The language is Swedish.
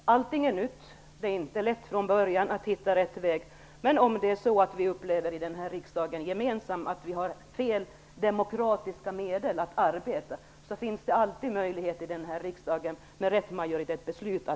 Allting är nytt. Det är inte lätt att hitta rätt väg från början. Om Maggi Mikaelsson och Vänsterpartiet tycker att den formen är felaktig, och om vi i riksdagen gemensamt upplever att vi har fel demokratiska medel att arbeta med, finns det alltid möjlighet att i riksdagen förändra det, med rätt majoritetsbeslut.